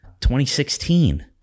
2016